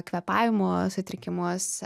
kvėpavimo sutrikimus